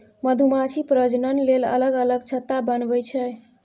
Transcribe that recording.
मधुमाछी प्रजनन लेल अलग अलग छत्ता बनबै छै